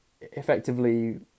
effectively